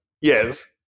Yes